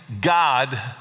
God